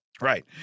Right